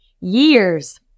years